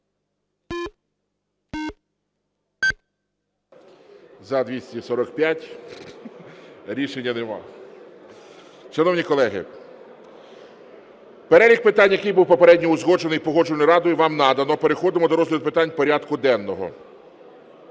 За-245 Рішення нема. Шановні колеги, перелік питань, який був попередньо узгоджений Погоджувальною радою, вам надано. Переходимо до розгляду питань порядку денного.